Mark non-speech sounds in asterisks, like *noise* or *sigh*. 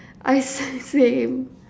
I *laughs* same